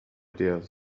dears